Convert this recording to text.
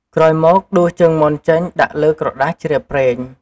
ក្រោយមកដួសជើងមាន់ចេញដាក់លើក្រដាសជ្រាបប្រេង។